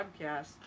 podcast